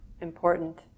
important